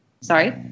Sorry